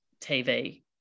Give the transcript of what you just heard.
tv